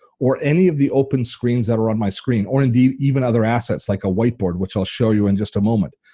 or any of the open screens that are on my screen or and even other assets like a white board which i'll show you in just a moment.